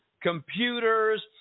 computers